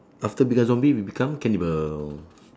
after become zombie we become cannibal